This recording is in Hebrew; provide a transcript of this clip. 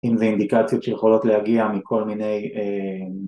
אם זה אינדיקציות שיכולות להגיע מכל מיני